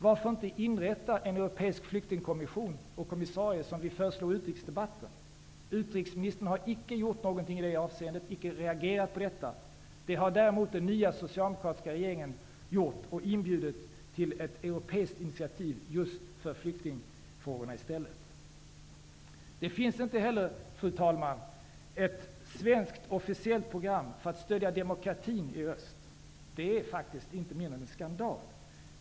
Varför kan man inte inrätta en europeisk flyktingkommission med en flyktingkommissarie, som vi föreslog i utrikesdebatten? Utrikesministern har icke gjort något i det avseendet och icke reagerat på förslaget. Det har däremot den nya socialdemokratiska regeringen i Danmark gjort och inbjudit till ett europeiskt initiativ just för flyktingfrågorna. Det finns inte heller, fru talman, något svenskt officiellt program för att stödja demokratin i öst. Det är faktiskt inte mindre än en skandal.